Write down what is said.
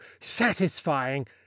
satisfying